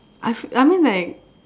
I feel I mean like